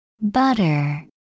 Butter